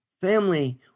family